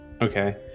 Okay